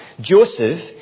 Joseph